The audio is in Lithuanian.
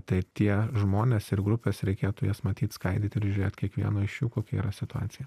tai tie žmonės ir grupės reikėtų jas matyt skaidyt ir žiūrėt kiekvieno iš jų kokia yra situacija